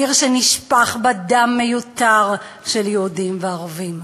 עיר שנשפך בה דם מיותר של יהודים וערבים.